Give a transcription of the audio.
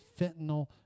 fentanyl